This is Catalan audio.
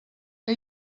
que